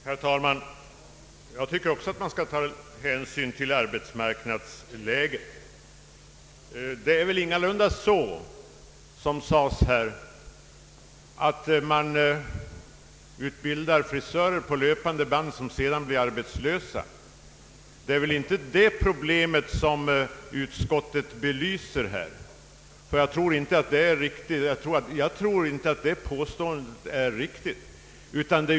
Herr talman! Jag anser också att man i detta sammanhang bör ta hänsyn till arbetsmarknadsläget. Det är emellertid ingalunda så, som här sades, att man på löpande band utbildar frisörer som sedan blir arbetslösa. Det är inte det argumentet som utskottet använder, och jag tror inte att påståendet är riktigt.